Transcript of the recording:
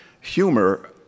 humor